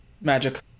Magic